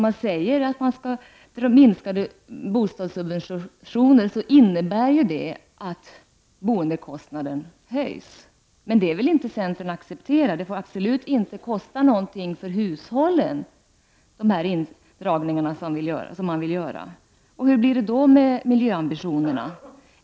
Men vi vet att minskade bostadssubventioner innebär att boendekostnaden ökar. Men det vill inte centern acceptera. Det får absolut inte kosta någonting för hushållen. Hur blir det då med miljöambitionerna?